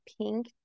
pink